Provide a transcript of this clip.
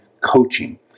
Coaching